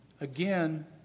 again